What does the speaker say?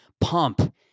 pump